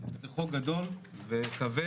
זה חוק גדול וכבד,